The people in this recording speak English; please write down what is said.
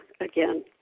again